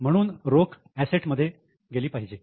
म्हणून रोख अँसेट मध्ये गेली पाहिजे